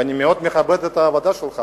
ואני מאוד מכבד את העבודה שלך,